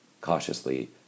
Cautiously